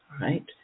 right